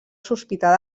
sospitar